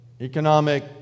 Economic